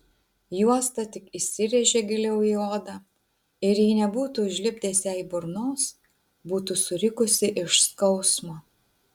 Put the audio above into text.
juosta tik įsirėžė giliau į odą ir jei nebūtų užlipdęs jai burnos būtų surikusi iš skausmo